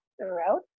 throughout